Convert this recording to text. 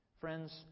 Friends